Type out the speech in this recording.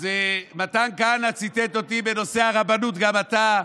אז מתן כהנא ציטט אותי בנושא הרבנות, גם אתה,